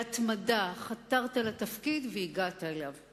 בהתמדה חתרת לתפקיד והגעת אליו,